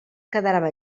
quedava